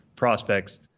Prospects